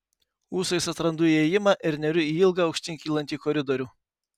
ūsais atrandu įėjimą ir neriu į ilgą aukštyn kylantį koridorių